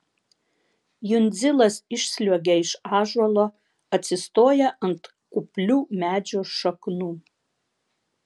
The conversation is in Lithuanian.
jundzilas išsliuogia iš ąžuolo atsistoja ant kuplių medžio šaknų